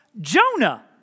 Jonah